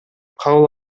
кабыл